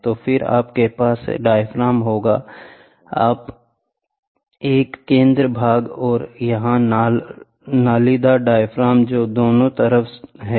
तो फिर आपके पास डायाफ्राम होगा यह एक केंद्र भाग है और यहां नालीदार डायाफ्राम हैं जो दोनों तरफ हैं